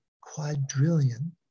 quadrillion